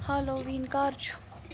ہالو ویٖن کَر چھُ